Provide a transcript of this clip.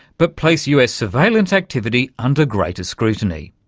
but place us surveillance activity under greater scrutiny.